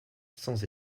sans